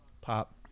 Pop